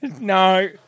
No